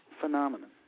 phenomenon